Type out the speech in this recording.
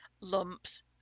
lumps